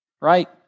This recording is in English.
right